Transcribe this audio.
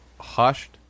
hushed